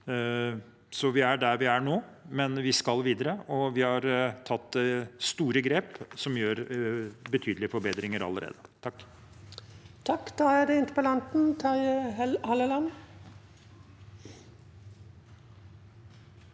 vi er der vi er nå, men vi skal videre, og vi har gjort store grep som innebærer betydelige forbedringer allerede. Terje